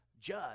judge